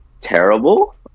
terrible